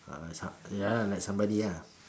uh so~ ya like somebody lah